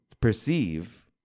perceive